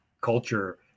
culture